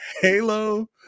Halo